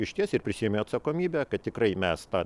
išties ir prisiėmė atsakomybę kad tikrai mes tą